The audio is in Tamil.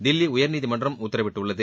தில்லி உயர்நீதிமன்றம் உத்தரவிட்டுள்ளது